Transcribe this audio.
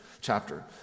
chapter